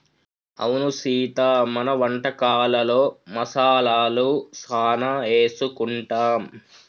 అవును సీత మన వంటకాలలో మసాలాలు సానా ఏసుకుంటాం